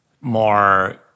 more